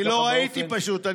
אני לא ראיתי, פשוט.